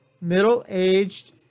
middle-aged